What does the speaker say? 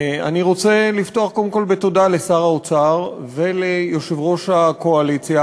אני רוצה לפתוח קודם כול בתודה לשר האוצר וליושב-ראש הקואליציה.